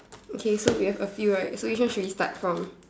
okay so we have a few right so which one should we start from